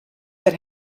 that